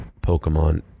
Pokemon